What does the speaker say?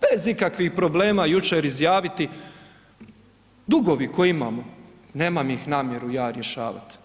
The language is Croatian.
bez ikakvih problema jučer izjaviti dugovi koje imamo nemam ih namjeru ja rješavat.